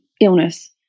illness